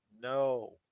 No